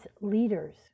leaders